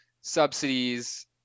subsidies